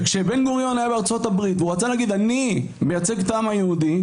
וכשבן-גוריון היה בארצות הברית והוא רצה להגיד אני מייצג את העם היהודי,